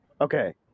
Okay